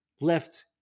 left